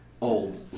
old